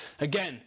Again